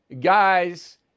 guys